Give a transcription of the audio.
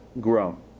grown